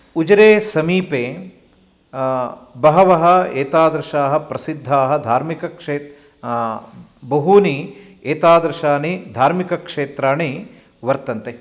उजिरे समीपे बहवः एतादृशाः प्रसिद्धाः धार्मिकक्षे बहूनि एतादृशानि धार्मिकक्षेत्राणि वर्तन्ते